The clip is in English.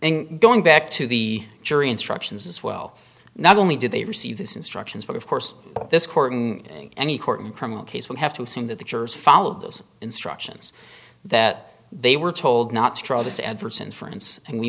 thing going back to the jury instructions as well not only did they receive this instructions but of course this courting any court in criminal case would have to assume that the jurors followed those instructions that they were told not to try this ever since friends and we